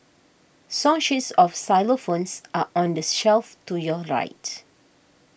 song sheets of xylophones are on the shelf to your right